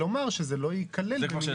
לבטל את ההוראה, ולומר שזה לא ייכלל במינהלת.